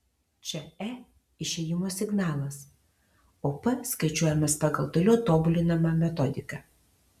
čia e išėjimo signalas o p skaičiuojamas pagal toliau tobulinamą metodiką